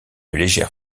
légère